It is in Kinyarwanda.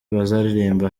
bazaririmba